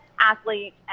athlete